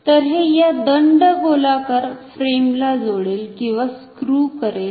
तर हे या दंडगोलाकार फ्रेम ला जोडेल किंवा स्क्रु करेल